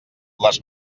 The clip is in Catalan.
les